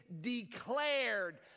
declared